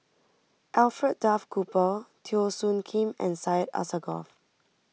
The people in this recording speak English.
Alfred Duff Cooper Teo Soon Kim and Syed Alsagoff